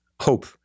hope